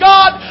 God